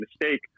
mistake